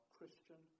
Christian